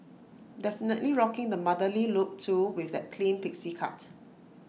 definitely rocking the motherly look too with that clean pixie cut